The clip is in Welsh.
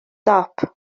dop